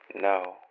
No